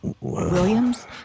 Williams